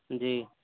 جی